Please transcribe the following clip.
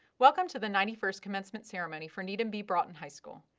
welcome to the ninety first commencement ceremony for needham b. broughton high school.